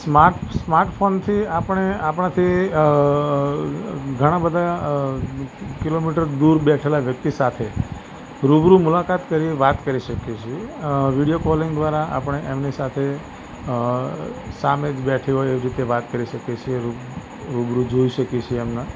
smart smart ફોનથી આપણે આપણાંથી ઘણા બધા અ કિલોમીટર દૂર બેઠેલાં વ્યક્તિ સાથે રુબરુ મુલાકાત કરીને વાત કરી શકીએ છીએ વિડીયો કૉલિંગ દ્વારા આપણે એમની સાથે અ સામે જ બેઠી હોય એવી રીતે વાત કરી શકીએ છીએ રુબરુ જોઈ શકીએ છીએ એમને